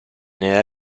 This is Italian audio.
nella